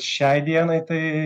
šiai dienai tai